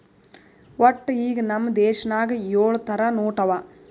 ವಟ್ಟ ಈಗ್ ನಮ್ ದೇಶನಾಗ್ ಯೊಳ್ ಥರ ನೋಟ್ ಅವಾ